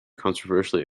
controversially